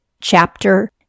chapter